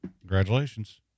Congratulations